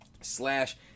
slash